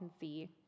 see